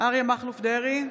אריה מכלוף דרעי,